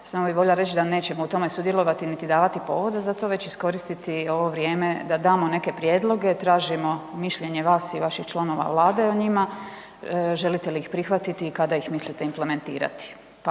samo bi voljela reć da nećemo u tome sudjelovati, niti davati povoda za to već iskoristiti ovo vrijeme da damo neke prijedloge, tražimo mišljenje vas i vaših članova vlade o njima, želite li ih prihvatiti i kada ih mislite implementirati?